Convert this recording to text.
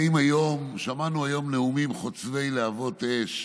שמענו היום נאומים חוצבי להבות אש,